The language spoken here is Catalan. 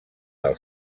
del